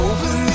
Open